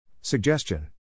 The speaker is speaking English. Suggestion